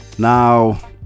Now